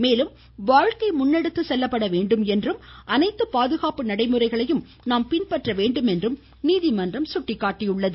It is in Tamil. மேலும் வாழ்க்கை முன்னெடுத்து செல்லப்பட வேண்டும் என்றும் அனைத்து பாதுகாப்பு நடைமுறைகளையும் நாம் பின்பற்ற வேண்டும் என்றும் நீதிமன்றம் தெளிவுபடுத்தியுள்ளது